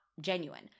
genuine